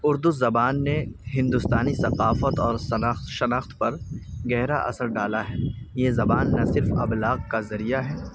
اردو زبان نے ہندوستانی ثقافت اور شناخت شناخت پر گہرا اثر ڈالا ہے یہ زبان نہ صرف ابلاغ کا ذریعہ ہے